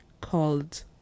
called